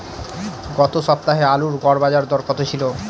গত সপ্তাহে আলুর গড় বাজারদর কত ছিল?